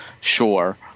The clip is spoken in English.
sure